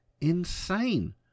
insane